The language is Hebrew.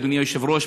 אדוני היושב-ראש,